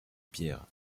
pierres